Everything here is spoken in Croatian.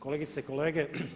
Kolegice i kolege.